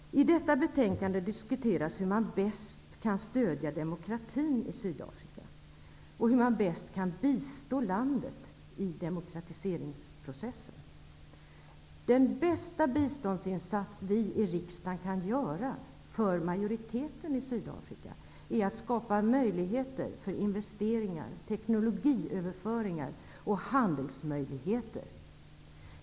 I detta betänkande diskuteras hur man bäst kan stödja demokratin i Sydafrika och hur man bäst kan bistå landet i demokratiseringsprocessen. Den bästa biståndsinsats vi i riksdagen kan göra för majoriteten i Sydafrika är att skapa möjligheter för investeringar, teknologiöverföringar och handel.